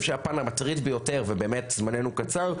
שהפן המטריד ביותר ובאמת זמננו קצר,